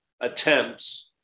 attempts